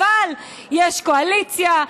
אבל יש קואליציה,